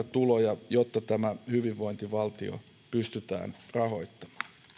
tuloja jotta tämä hyvinvointivaltio pystytään rahoittamaan